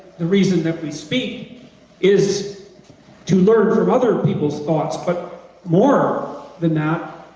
the reason that we speak is to learn from other people's thoughts, but more than that,